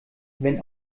wenn